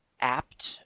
apt